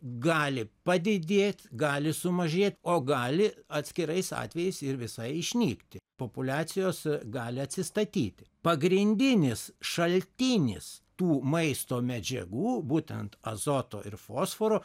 gali padidėt gali sumažėt o gali atskirais atvejais ir visai išnykti populiacijos gali atsistatyti pagrindinis šaltinis tų maisto medžiagų būtent azoto ir fosforo